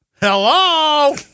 Hello